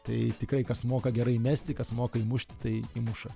tai tikrai kas moka gerai mesti kas moka įmušti tai įmuša